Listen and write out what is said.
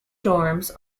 dorms